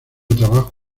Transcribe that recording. trabajo